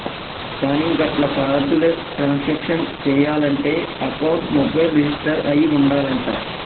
కానీ గట్ల cardless transaction చేయాలంటే అకౌంట్ మొబైల్ రిజిస్టర్ అయి ఉండాలంట